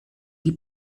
die